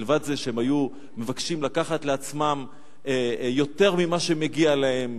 מלבד זה שהם היו מבקשים לקחת לעצמם יותר ממה שמגיע להם